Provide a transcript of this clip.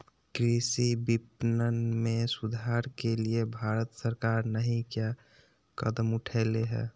कृषि विपणन में सुधार के लिए भारत सरकार नहीं क्या कदम उठैले हैय?